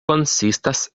konsistas